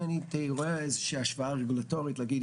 אם אני רואה איזו שהיא השוואה רגולטורית נגיד,